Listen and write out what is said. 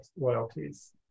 loyalties